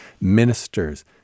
ministers